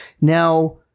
Now